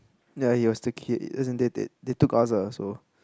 ya it was the kid as in they they they took us lah so